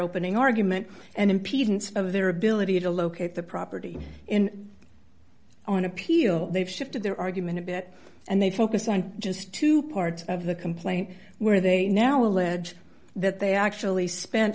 opening argument and impedance of their ability to locate the property in on appeal they've shifted their argument a bit and they focus on just two parts of the complaint where they now allege that they actually spent